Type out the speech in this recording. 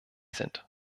sind